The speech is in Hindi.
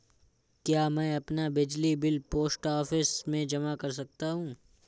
क्या मैं अपना बिजली बिल पोस्ट ऑफिस में जमा कर सकता हूँ?